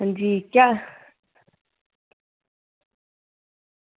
हां जी केह् हाल